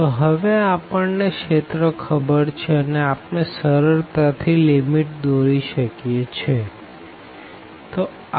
તો હવે આપણને રિજિયન ખબર છે અને આપણે સરળતા થી લીમીટ દોરી શકીએ છે